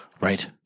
Right